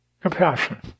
compassion